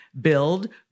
Build